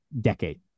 decade